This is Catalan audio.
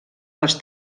les